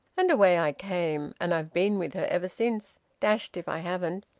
and away i came, and i've been with her ever since. dashed if i haven't!